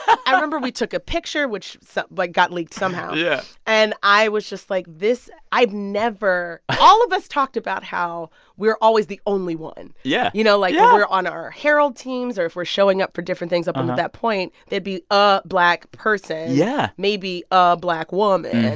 i remember we took a picture, which, so like, got leaked somehow yeah and i was just, like, this i'd never all of us talked about how we were always the only one yeah you know, like. yeah when we're on our harold teams or if we're showing up for different things up um until that point, there'd be a black person. yeah. maybe a black woman,